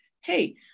hey